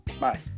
bye